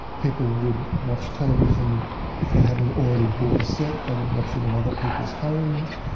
people would watch television if they hadn't already bought a set, they would watch it in other people's homes,